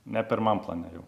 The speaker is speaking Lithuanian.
ne pirmam plane jau